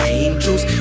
angels